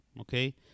okay